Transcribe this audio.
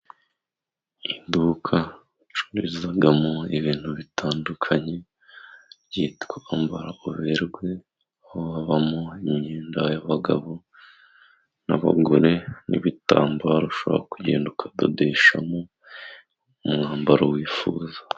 Iduka bacururizamo ibintu bitandukanye ryitwa Ambara uberwe. Ni ho habamo imyenda y'abagabo n'abagore, n'ibitambo ushobora kugenda ukadodeshamo umwambaro wifuza.